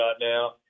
now